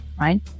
right